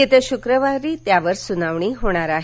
येत्या शुक्रवारी त्यावर सुनावणी होणार आहे